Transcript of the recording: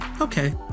Okay